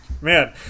Man